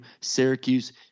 Syracuse